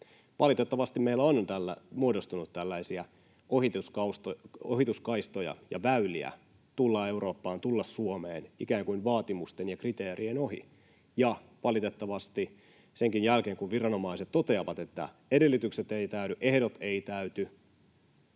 Valitettavasti meillä on muodostunut tällaisia ohituskaistoja ja väyliä tulla Eurooppaan, tulla Suomeen ikään kuin vaatimusten ja kriteerien ohi ja valitettavasti senkin jälkeen, kun viranomaiset toteavat, että edellytykset eivät täyty, ehdot eivät täyty,